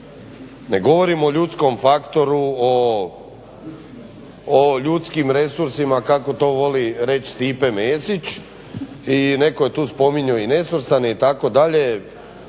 ne govorim o ljudskom faktoru, o ljudskim resursima kako to voli reći Stipe Mesić i netko je tu spominjao nesvrstane itd., ako